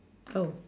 oh